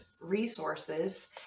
resources